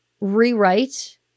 rewrite